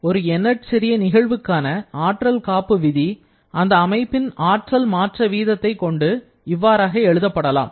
ஒரு எண்ணற் சிறிய நிகழ்வுக்கான ஆற்றல் காப்பு விதி அந்த அமைப்பின் ஆற்றல் மாற்ற வீதத்தை கொண்டு இவ்வாறாக எழுதப்படலாம்